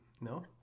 no